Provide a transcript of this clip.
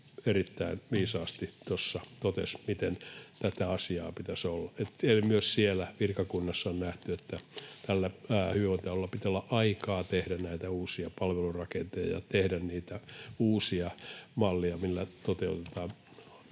erittäin viisaasti tuossa totesi, miten tämän asian pitäisi olla, että myös siellä virkakunnassa on nähty, että hyvinvointialueilla pitää olla aikaa tehdä näitä uusia palvelurakenteita ja uusia malleja, millä toteutetaan